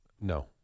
No